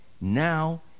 now